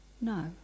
No